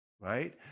right